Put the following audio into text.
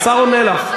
השר עונה לך.